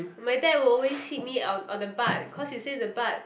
my dad will always hit me on on the butt cause he say the butt